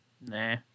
Nah